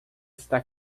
está